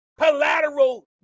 collateral